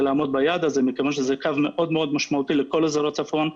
לעמוד ביעד הזה מכיוון שזה קו מאוד מאוד משמעותי לכל אזור הצפון,